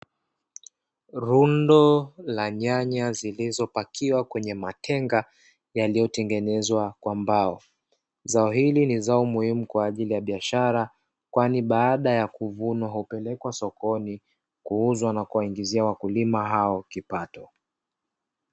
Rundo la nyanya zilizopakiwa kwenye matenga yaliyotengenezwa kwa mbao zao hili ni zao muhimu kwaajili ya biashara kwani baada ya kuvunwa upelekwa sokoni kuuzwa na kuwaingizia wakulima hao kipato.